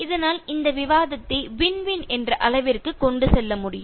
இதனால் இந்த விவாதத்தை வின் வின் என்ற அளவிற்கு கொண்டு செல்ல முடியும்